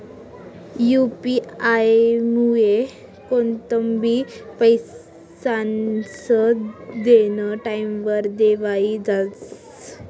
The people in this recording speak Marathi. यु.पी आयमुये कोणतंबी पैसास्नं देनं टाईमवर देवाई जास